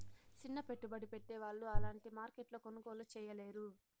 సిన్న పెట్టుబడి పెట్టే వాళ్ళు అలాంటి మార్కెట్లో కొనుగోలు చేయలేరు